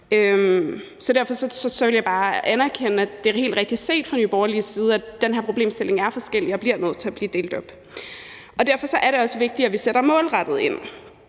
Derfor vil jeg bare anerkende, at det er helt rigtigt set fra Nye Borgerliges side, at de her problemstillinger er forskellige, og at det er nødt til at blive delt op. Derfor er det også vigtigt, at vi sætter målrettet ind.